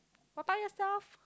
what about yourself